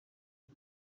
iwe